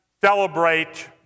celebrate